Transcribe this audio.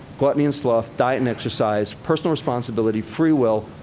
gluttony and sloth, diet and exercise, personal responsibility, free will,